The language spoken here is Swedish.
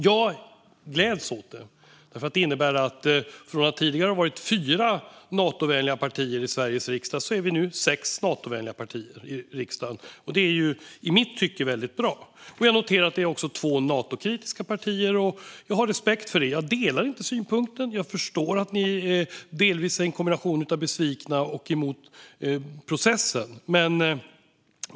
Jag gläds åt det, för det innebär att från att tidigare ha varit fyra Natovänliga partier i Sveriges riksdag är vi nu sex Natovänliga partier i riksdagen, vilket i mitt tycke är väldigt bra. Jag noterar också att det är två Natokritiska partier. Jag har respekt för det, även om jag inte delar synpunkten. Jag förstår att ni både är besvikna och emot processen.